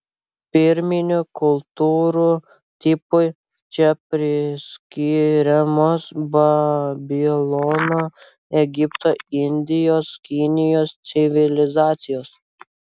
pirminių kultūrų tipui čia priskiriamos babilono egipto indijos kinijos civilizacijos